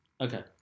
Okay